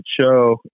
show